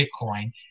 Bitcoin